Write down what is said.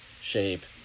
shape